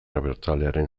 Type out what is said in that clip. abertzalearen